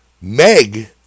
Meg